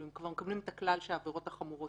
אם כבר מקבלים את הכלל שהעבירות החמורות